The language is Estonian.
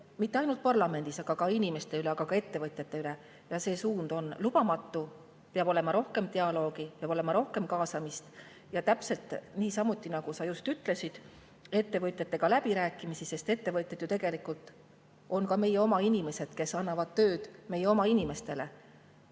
mitte ainult parlamendis, vaid ka inimeste üle, ettevõtjate üle. Ja see suund on lubamatu. Peab olema rohkem dialoogi, peab olema rohkem kaasamist ja täpselt niisamuti, nagu sa ütlesid, ettevõtjatega läbirääkimisi. Sest ettevõtjad ju tegelikult on ka meie oma inimesed, kes annavad tööd meie oma inimestele.